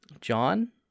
John